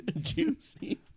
juicy